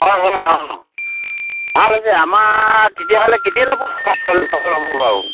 হয় হয় অঁ ভাল হৈছে আমাৰ তেতিয়াহ'লে কেতিয়ালৈ হ'ব বাৰু